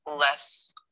less